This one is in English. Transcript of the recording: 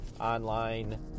online